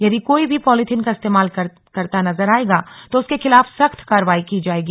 यदि कोई भी पॉलिथीन का इस्तेमाल करता नजर आएगा तो उसके खिलाफ सख्त कार्रवाई की जाएगी